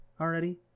already